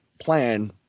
plan